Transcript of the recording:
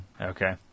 Okay